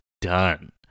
done